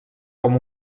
com